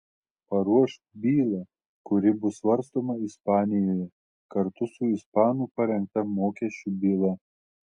paruoš bylą kuri bus svarstoma ispanijoje kartu su ispanų parengta mokesčių byla